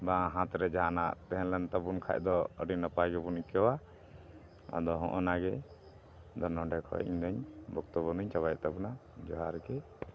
ᱵᱟᱝ ᱦᱟᱛ ᱨᱮ ᱡᱟᱦᱟᱱᱟᱜ ᱛᱟᱦᱮᱸ ᱞᱮᱱ ᱛᱟᱵᱚᱱ ᱠᱷᱟᱡ ᱫᱚ ᱟᱹᱰᱤ ᱱᱟᱯᱟᱭ ᱜᱮᱵᱚᱱ ᱟᱹᱭᱠᱟᱹᱣᱟ ᱟᱫᱚ ᱦᱚᱸᱜᱼᱚ ᱱᱟ ᱜᱮ ᱟᱫᱚ ᱱᱚᱰᱮ ᱠᱷᱚᱡ ᱤᱧᱫᱩᱧ ᱵᱚᱠᱛᱚᱵᱚ ᱫᱚᱧ ᱪᱟᱵᱟᱭᱮᱫ ᱛᱟᱵᱚᱱᱟ ᱡᱚᱦᱟᱨ ᱜᱮ